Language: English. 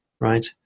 right